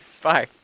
Bye